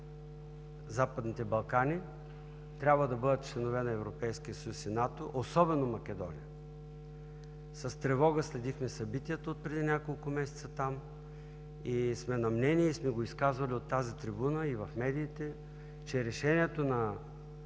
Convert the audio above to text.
Западните Балкани трябва да бъдат членове на Европейския съюз и НАТО, особено Македония. С тревога следихме събитието отпреди няколко месеца там и сме на мнение, и сме го изказвали от тази трибуна и в медиите, че решението на